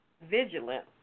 vigilant